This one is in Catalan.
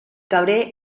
cabré